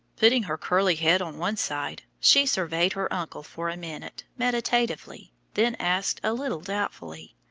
putting her curly head on one side, she surveyed her uncle for a minute meditatively, then asked, a little doubtfully